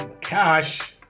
Cash